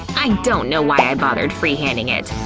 i don't know why i bothered free-handing it.